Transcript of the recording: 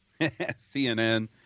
CNN